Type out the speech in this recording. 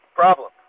problem